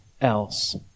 else